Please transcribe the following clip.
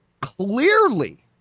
Clearly